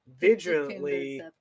vigilantly